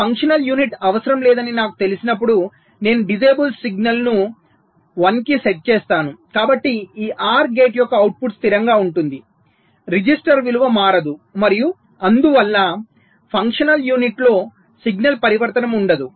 functional unit అవసరం లేదని నాకు తెలిసినప్పుడు నేను డిసేబుల్ సిగ్నల్ను 1 కి సెట్ చేస్తాను కాబట్టి ఈ OR గేట్ యొక్క అవుట్పుట్ స్థిరంగా ఉంటుంది రిజిస్టర్ విలువ మారదు మరియు అందువల్ల ఫంక్షనల్ యూనిట్లో సిగ్నల్ పరివర్తనం ఉండదు